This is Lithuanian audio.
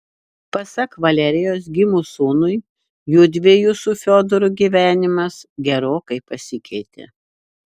pasak valerijos gimus sūnui judviejų su fiodoru gyvenimas gerokai pasikeitė